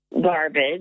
garbage